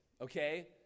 okay